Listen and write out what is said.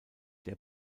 der